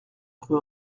rue